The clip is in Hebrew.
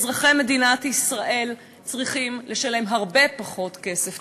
שאזרחי מדינת ישראל צריכים לשלם הרבה פחות כסף.